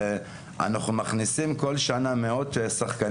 ואנחנו מכניסים כל שנה מאות שחקנים.